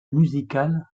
musical